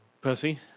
Pussy